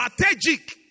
strategic